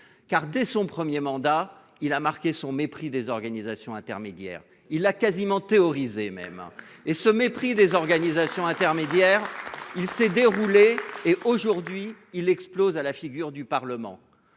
Car dès son 1er mandat il a marqué son mépris des organisations intermédiaires. Il a quasiment théorisé même et ce mépris des organisations intermédiaires. Il s'est déroulé et aujourd'hui il explose à la figure du Parlement.